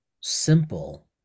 simple